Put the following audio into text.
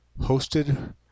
hosted